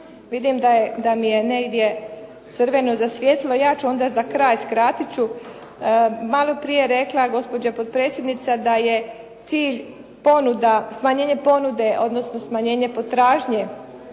Vidim da mi je negdje crveno zasvijetlilo, ja ću onda za kraj, skratit ću. Malo prije je rekla gospođa potpredsjednica da je cilj smanjenje ponude, odnosno smanjenje potražnje,